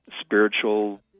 spiritual